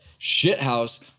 shithouse